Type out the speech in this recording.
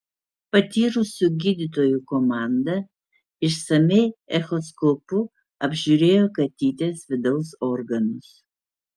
patyrusių gydytojų komanda išsamiai echoskopu apžiūrėjo katytės vidaus organus